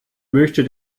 möchte